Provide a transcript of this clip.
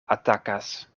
atakas